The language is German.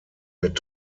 mit